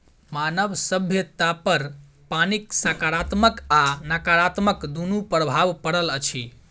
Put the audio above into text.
मानव सभ्यतापर पानिक साकारात्मक आ नाकारात्मक दुनू प्रभाव पड़ल अछि